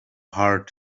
heart